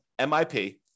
MIP